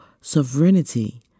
sovereignty